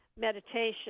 meditation